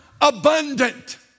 abundant